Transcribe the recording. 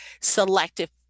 selective